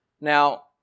Now